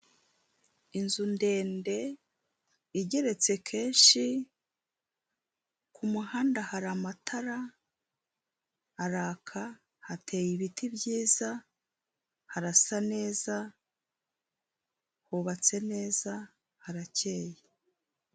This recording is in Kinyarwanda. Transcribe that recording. Inzu ndende igeretse kenshi ku muhanda hari amatara araka, hateye ibiti byiza, harasa neza, hubatse neza harakeye.